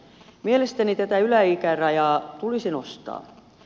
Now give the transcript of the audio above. mielestäni tätä yläikärajaa tulisi nostaa